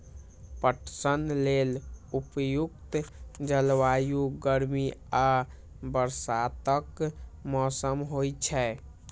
पटसन लेल उपयुक्त जलवायु गर्मी आ बरसातक मौसम होइ छै